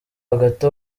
hagati